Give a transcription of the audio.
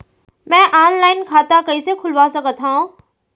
मैं ऑनलाइन खाता कइसे खुलवा सकत हव?